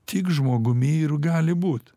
tik žmogumi ir gali būt